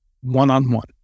one-on-one